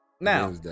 Now